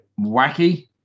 wacky